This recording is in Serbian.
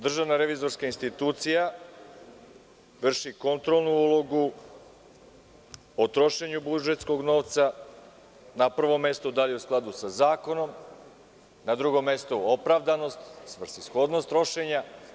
Državna revizorska institucija vrši kontrolnu ulogu o trošenju budžetskog novca, na prvom mestu da li je u skladu sa zakonom, na drugom mestu opravdanost, svrsishodnost trošenja.